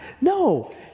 No